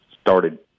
started